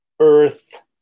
earth